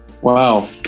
Wow